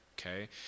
okay